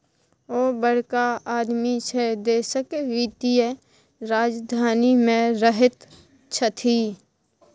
ओ बड़का आदमी छै देशक वित्तीय राजधानी मे रहैत छथि